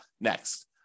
next